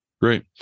great